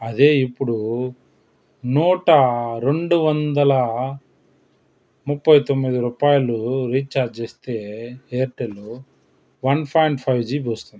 అదే ఇప్పుడు నూట రెండు వందల ముప్పై తొమ్మిది రూపాయలు రీచార్జ్ చేస్తే Airtel one point five GB వస్తుంది